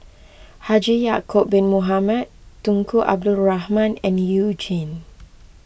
Haji Ya'Acob Bin Mohamed Tunku Abdul Rahman and You Jin